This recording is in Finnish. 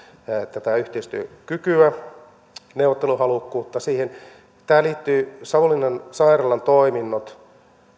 tätä yhteistyökykyä neuvotteluhalukkuutta siihen savonlinnan sairaalan toiminnot